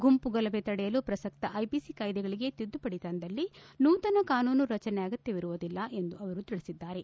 ಗುಂಪು ಗಲಭೆ ತಡೆಯಲು ಪ್ರಸಕ್ತ ಐಪಿಸಿ ಕಾಯ್ದೆಗಳಿಗೆ ತಿದ್ದುಪಡಿ ತಂದಲ್ಲಿ ನೂತನ ಕಾನೂನು ರಚನೆ ಅಗತ್ಯವಿರುವುದಿಲ್ಲ ಎಂದು ಅವರು ತಿಳಿಸಿದ್ದಾರೆ